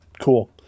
cool